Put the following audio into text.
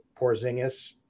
Porzingis